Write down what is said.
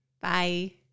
Bye